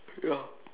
ya